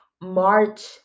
March